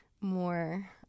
more